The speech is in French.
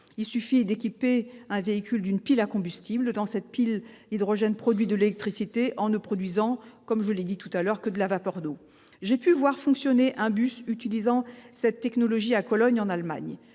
Il suffit d'équiper un véhicule d'une pile à combustible. Dans cette pile, l'hydrogène fournit de l'électricité en ne produisant, comme je l'ai dit, que de la vapeur d'eau. J'ai pu voir fonctionner un bus utilisant cette technologie à Cologne, en Allemagne.